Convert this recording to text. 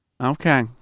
Okay